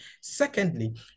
Secondly